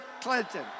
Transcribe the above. Clinton